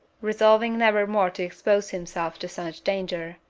resolving never more to expose himself to such danger.